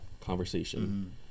conversation